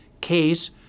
case